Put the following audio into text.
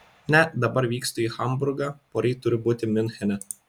ne dabar vykstu į hamburgą poryt turiu būti miunchene